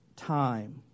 Time